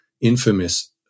infamous